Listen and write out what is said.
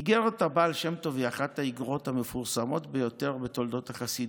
איגרת הבעל שם טוב היא אחת האיגרות המפורסמות ביותר בתולדות החסידות.